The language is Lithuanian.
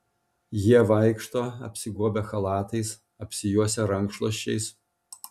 jie vaikšto apsigobę chalatais apsijuosę rankšluosčiais